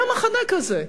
היה מחנה כזה.